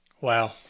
Wow